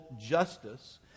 justice